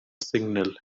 signal